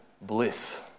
bliss